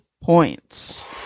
points